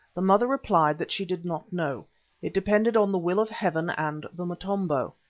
the mother replied that she did not know it depended on the will of heaven and the motombo.